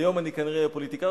היום אני אהיה כנראה פוליטיקאי,